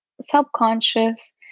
subconscious